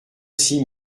six